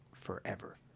forever